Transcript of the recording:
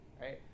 right